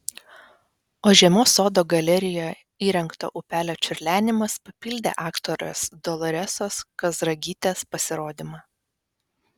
o žiemos sodo galerijoje įrengto upelio čiurlenimas papildė aktorės doloresos kazragytės pasirodymą